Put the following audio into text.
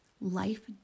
life